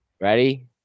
Ready